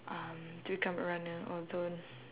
um to become a runner although